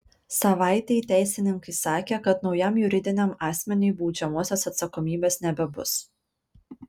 savaitei teisininkai sakė kad naujam juridiniam asmeniui baudžiamosios atsakomybės nebebus